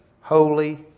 holy